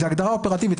זו הגדרה אופרטיבית,